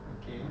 okay